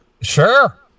Sure